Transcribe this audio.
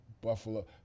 Buffalo